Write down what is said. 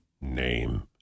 name